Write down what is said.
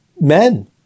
men